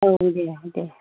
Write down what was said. औ दे दे